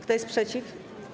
Kto jest przeciw?